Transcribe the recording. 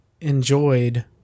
enjoyed